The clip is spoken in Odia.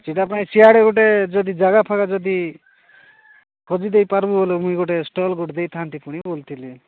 ସେଟା ପାଇଁ ସିଆଡ଼େ ଗୋଟେ ଯଦି ଜାଗା ଫାଗା ଯଦି ଖୋଜି ଦେଇ ପାରିବୁ ହେଲେ ମୁଇଁ ଗୋଟେ ଷ୍ଟଲ ଗୋଟେ ଦେଇଥାନ୍ତି ପୁଣି ବୋଲିଥିଲି